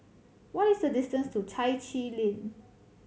what is the distance to Chai Chee Lane